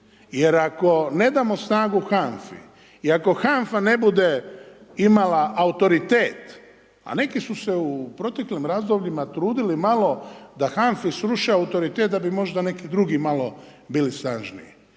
jer ako ne damo snagu HANFA-i i ako HANFA ne bude imala autoritet, a neki su se u proteklim razdobljima trudili malo da HANFA-i sruše autoritet da bi možda neki drugi malo bili sažmiji.